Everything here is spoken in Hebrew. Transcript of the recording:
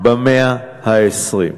במאה ה-20.